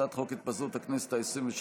הצעת חוק התפזרות הכנסת העשרים-ושלוש,